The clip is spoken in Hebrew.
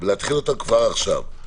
להתחילן כבר עכשיו.